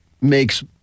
makes